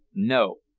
no.